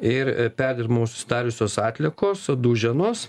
ir perdirbamu susidariusios atliekos duženos